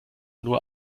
nur